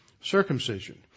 circumcision